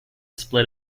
split